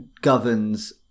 governs